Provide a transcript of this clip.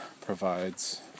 provides